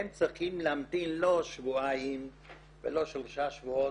הם צריכים להמתין לא שבועיים ולא שלושה שבועות,